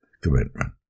commitment